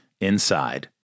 inside